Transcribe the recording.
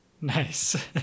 Nice